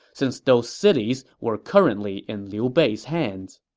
since those cities were currently in liu bei's hands.